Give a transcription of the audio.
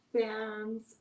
fans